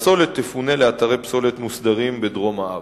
הפסולת תפונה לאתרי פסולת מוסדרים בדרום הארץ.